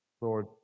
Lord